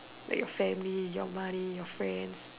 like your family your money your friends